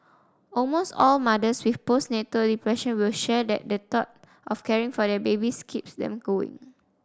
almost all mothers with postnatal depression will share that the thought of caring for their babies keeps them going